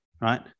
Right